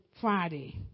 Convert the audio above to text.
Friday